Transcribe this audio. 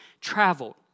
traveled